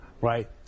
right